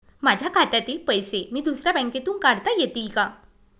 माझ्या खात्यातील पैसे मी दुसऱ्या बँकेतून काढता येतील का?